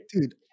Dude